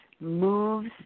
moves